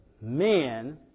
men